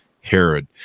Herod